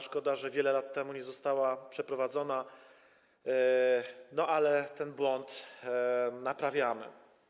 Szkoda, że wiele lat temu nie została przeprowadzona, ale ten błąd naprawiamy.